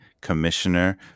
commissioner